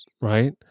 right